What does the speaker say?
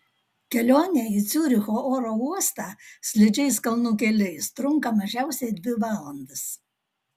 kelionė į ciuricho oro uostą slidžiais kalnų keliais trunka mažiausiai dvi valandas